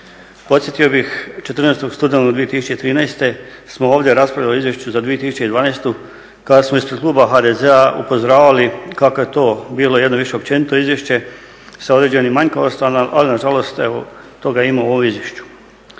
Podsjetio bih 14.studenog 2013.smo ovdje raspravljali o izvješću za 2012.kada smo ispred kluba HDZ-a upozoravali kako je to bilo jedno više općenito izvješće sa određenim manjkavostima ali nažalost toga ima i u ovom izvješću.